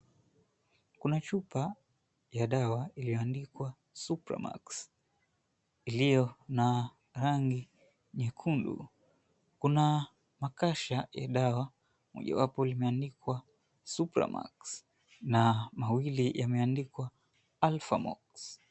Kuna chupa ya dawa iliyoandikwa, Supra Max iliyo na rangi nyekundu kuna makasha ya dawa moja wapo limeandikwa, Supra Max na mawili yameandikwa, Alpha Mox.